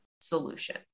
solution